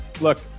look –